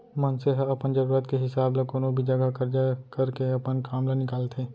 मनसे ह अपन जरूरत के हिसाब ल कोनो भी जघा करजा करके अपन काम ल निकालथे